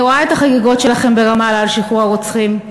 אני רואה את החגיגות שלכם ברמאללה על שחרור הרוצחים.